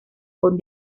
con